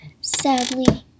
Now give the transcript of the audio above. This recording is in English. Sadly